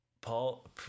Paul